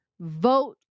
vote